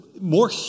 more